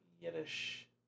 Yiddish